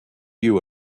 you